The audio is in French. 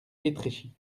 étréchy